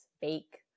bake